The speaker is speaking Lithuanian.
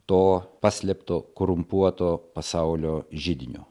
to paslėpto korumpuoto pasaulio židiniu